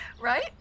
Right